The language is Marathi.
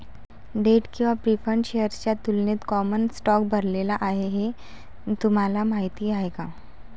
डेट किंवा प्रीफर्ड शेअर्सच्या तुलनेत कॉमन स्टॉक भरलेला आहे हे तुम्हाला माहीत आहे का?